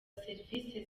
serivisi